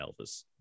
Elvis